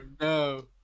no